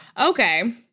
Okay